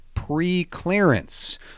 pre-clearance